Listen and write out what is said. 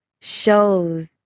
shows